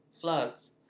floods